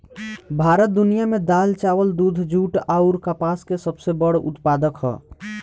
भारत दुनिया में दाल चावल दूध जूट आउर कपास के सबसे बड़ उत्पादक ह